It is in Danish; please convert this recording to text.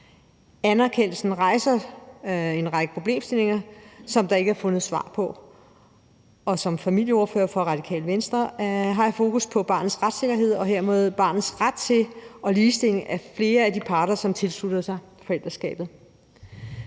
Anerkendelsen rejser jo en række problemstillinger, som der ikke er fundet svar på, og som familieordfører for Radikale Venstre har jeg fokus på barnets retssikkerhed og hermed barnets ret til og ligestillingen af flere af de parter, som tilslutter sig forældreskabet.